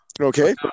Okay